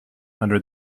under